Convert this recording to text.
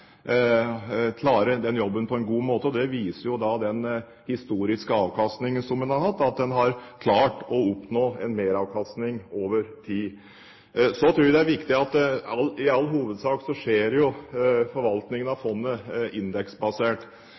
god måte. Den historiske avkastningen som man har hatt, viser jo at man har klart å oppnå en meravkastning over tid. I all hovedsak skjer forvaltningen av fondet indeksbasert. Men mitt syn – og det er et syn som blir delt av det store flertallet i Stortinget – er at det